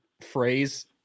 phrase